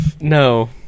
No